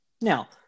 Now